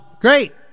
Great